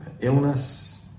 illness